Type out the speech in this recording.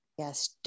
Yes